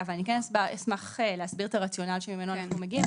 אבל אני כן אשמח להסביר את הרציונל שממנו אנחנו מגיעים,